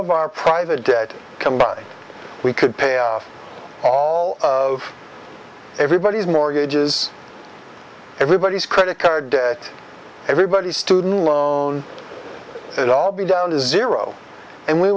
of our private debt combined we could pay off all of everybody's mortgages everybody's credit card debt everybody's student loan it all be down to zero and we